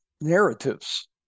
Narratives